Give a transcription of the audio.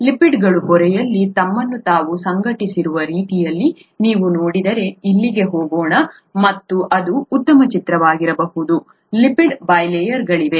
ಲಿಪಿಡ್ಗಳು ಪೊರೆಯಲ್ಲಿ ತಮ್ಮನ್ನು ತಾವು ಸಂಘಟಿಸಿರುವ ರೀತಿಯನ್ನು ನೀವು ನೋಡಿದರೆ ಇಲ್ಲಿಗೆ ಹೋಗೋಣ ಇದು ಉತ್ತಮ ಚಿತ್ರವಾಗಿರಬಹುದು ಲಿಪಿಡ್ ಬೈ ಲೇಯರ್ಗಳಿವೆ